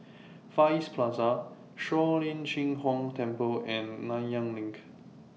Far East Plaza Shuang Lin Cheng Huang Temple and Nanyang LINK